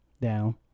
down